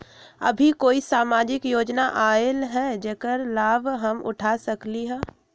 अभी कोई सामाजिक योजना आयल है जेकर लाभ हम उठा सकली ह?